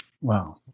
Wow